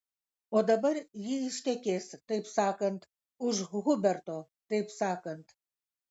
o dabar ji ištekės taip sakant už huberto taip sakant